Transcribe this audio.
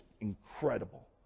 incredible